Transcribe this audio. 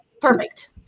Perfect